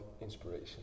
inspiration